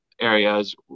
areas